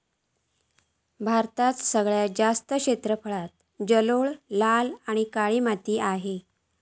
भारतात सगळ्यात जास्त क्षेत्रफळांत जलोळ, लाल आणि काळी माती असा